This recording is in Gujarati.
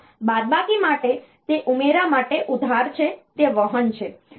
તો બાદબાકી માટે તે ઉમેરા માટે ઉધાર છે તે વહન છે